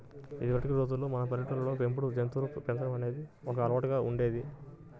ఇదివరకటి రోజుల్లో మన పల్లెటూళ్ళల్లో పెంపుడు జంతువులను పెంచడం అనేది ఒక అలవాటులాగా ఉండేది